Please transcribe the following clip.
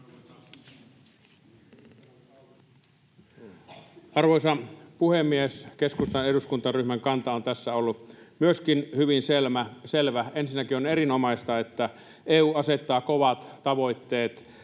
Arvoisa puhemies! Keskustan eduskuntaryhmän kanta on tässä ollut myöskin hyvin selvä. Ensinnäkin on erinomaista, että EU asettaa kovat tavoitteet